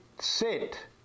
sit